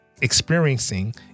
experiencing